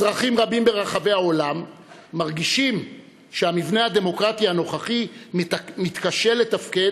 אזרחים רבים ברחבי העולם מרגישים שהמבנה הדמוקרטי הנוכחי מתקשה לתפקד,